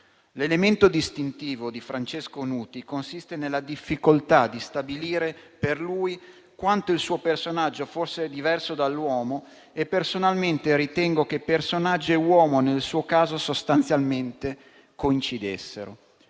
L'elemento distintivo di Francesco Nuti consiste nella difficoltà di stabilire per lui quanto il suo personaggio fosse diverso dall'uomo e, personalmente, ritengo che personaggio e uomo, nel suo caso, sostanzialmente coincidessero.